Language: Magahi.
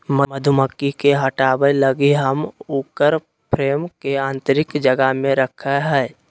मधुमक्खी के हटाबय लगी हम उकर फ्रेम के आतंरिक जगह में रखैय हइ